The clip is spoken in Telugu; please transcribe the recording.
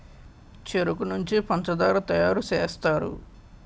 చెరుకు నుంచే పంచదార తయారు సేస్తారు